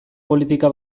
politika